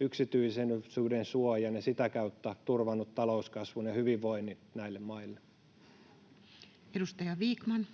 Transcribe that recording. yksityisyydensuojan, ja sitä kautta turvannut talouskasvun ja hyvinvoinnin näille maille. Edustaja Vikman.